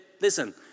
listen